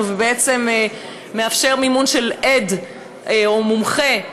ובעצם מאפשר מימון של עד או מומחה,